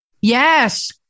Yes